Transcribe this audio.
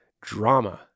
drama